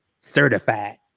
certified